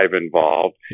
involved